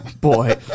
Boy